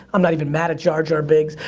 i'm not even mad at jar-jar binks.